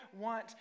want